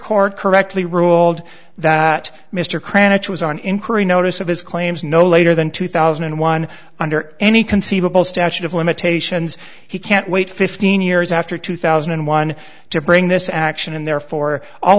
court correctly ruled that mr cranitch was on inquiry notice of his claims no later than two thousand and one under any conceivable statute of limitations he can't wait fifteen years after two thousand and one to bring this action and therefore all